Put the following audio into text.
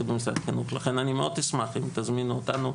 לכן אני מאוד אשמח אם תזמינו אותנו,